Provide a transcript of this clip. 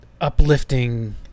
uplifting